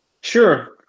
Sure